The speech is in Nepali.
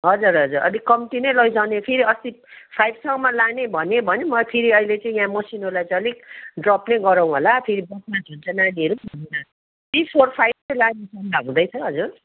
हजुर हजुर अलिक कम्ति नै लैजाउने फेरि अस्ति फाइभसम्म लाने भनियो भने फेरि अहिले चाहिँ मसिनोलाई चाहिँ अलिक ड्रप नै गरौँ होला फेरि बदमास हुन्छन् नानीहरू पनि थ्री फोर फाइभ चाहिँ लाने सल्लाह हुँदैछ हजुर